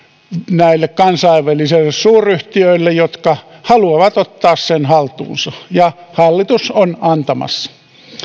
näille kansainvälisille suuryhtiöille jotka haluavat ottaa sen haltuunsa ja hallitus on sen antamassa